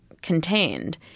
Contained